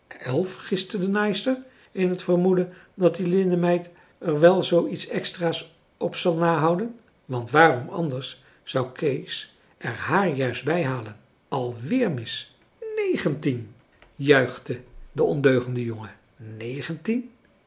de naaister in het vermoeden dat die linnenmeid er ook wel zoo iets extra's op zal nahouden want waarom anders zou kees er hààr juist bijhalen al weer mis negentien juicht de ondeugende jongen